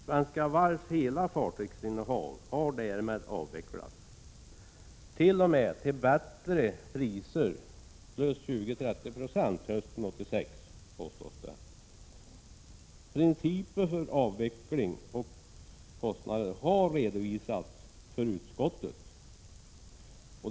Svenska Varvs hela fartygsinnehav är därmed avvecklat. Det påstås t.o.m. att fartygen hösten 1986 såldes till ett belopp som låg 20 å 30 26 högre än beräknat. Principerna för avveckling och kostnader har redovisats för utskottet.